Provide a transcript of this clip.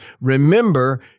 Remember